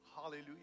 Hallelujah